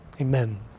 Amen